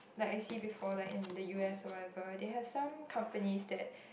like I see before like in the U_S or whatever there has some companies that